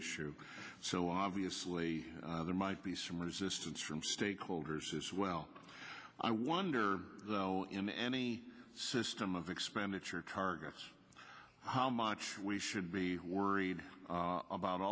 issue so obviously there might be some resistance from stakeholders as well i wonder in any system of expenditure targets how much we should be worried about